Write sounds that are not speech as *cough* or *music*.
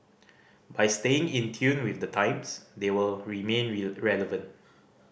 by staying in tune with the times they will remain *unintelligible* relevant